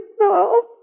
no